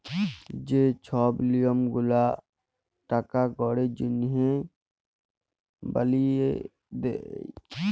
যে ছব লিয়ম গুলা টাকা কড়ির জনহে বালিয়ে দে